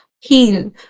heal